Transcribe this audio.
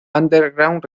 underground